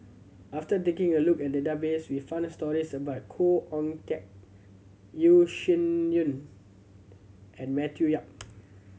after taking a look at the database we found stories about Khoo Oon Teik Yeo Shih Yun and Matthew Yap